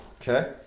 Okay